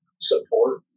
support